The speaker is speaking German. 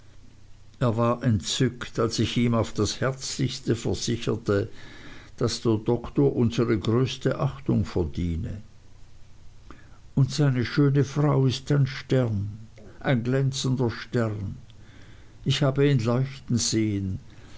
er war entzückt als ich ihm auf das herzlichste versicherte daß der doktor unsere größte achtung verdiene und seine schöne frau ist ein stern ein glänzender stern ich habe ihn leuchten sehen